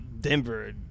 Denver